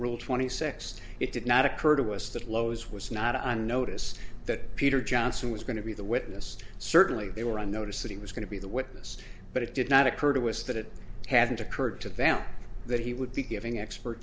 rule twenty six it did not occur to us that lowe's was not on notice that peter johnson was going to be the witness certainly they were on notice that he was going to be the witness but it did not occur to us that it hadn't occurred to them that he would be giving expert